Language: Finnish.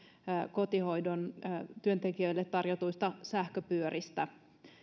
kotihoidon työntekijöille tarjotuista sähköpyöristä